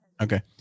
Okay